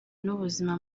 n’ubuzima